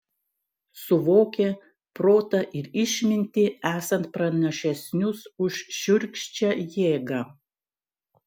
suvokė protą ir išmintį esant pranašesnius už šiurkščią jėgą